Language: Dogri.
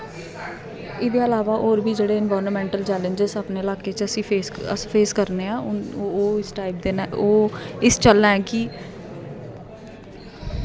एहदे इलावा होर बी जेहडे़ इनवारनामेंट चैलेंजस न अपने इलाके च असी फेस करने आं ओह् इस टाइप दे ना ओह् इस चाल्ली न कि